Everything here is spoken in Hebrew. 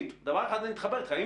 בדבר אחד אני מתחבר אתך.